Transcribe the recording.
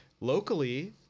Locally